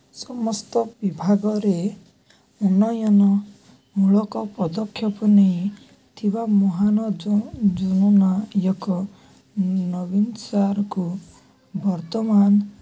ସମସ୍ତ ବିଭାଗରେ ଉନ୍ନୟନମୂଳକ ପଦକ୍ଷେପ ନେଇଥିବା ମହାନ ଯୋଜନାଯାକ ନବୀନ ସାରକାରକୁ ବର୍ତ୍ତମାନ